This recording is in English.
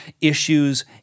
issues